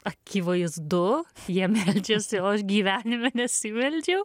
akivaizdu jie meldžiasi o aš gyvenime nesimeldžiau